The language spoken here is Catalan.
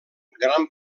gran